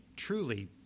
truly